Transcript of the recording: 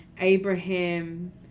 Abraham